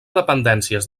dependències